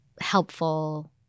helpful